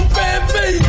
baby